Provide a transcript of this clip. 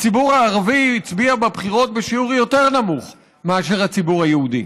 הציבור הערבי הצביע בבחירות בשיעור יותר נמוך מאשר הציבור היהודי.